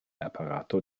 aparato